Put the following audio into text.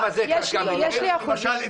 לא --- למשל,